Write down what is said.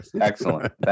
Excellent